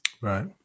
Right